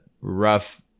rough